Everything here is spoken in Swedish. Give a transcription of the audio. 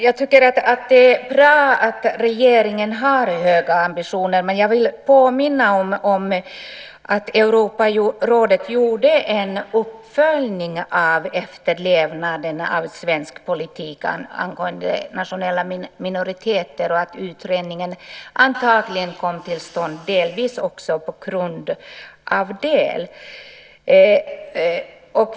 Jag tycker att det är bra att regeringen har höga ambitioner, men jag vill påminna om att Europarådet gjorde en uppföljning av efterlevnaden av svensk politik angående nationella minoriteter. Utredningen kom antagligen till stånd delvis på grund av det.